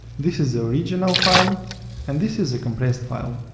this is the original file and this is the compressed file.